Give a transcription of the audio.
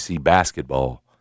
basketball